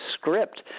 script